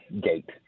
gate